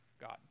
God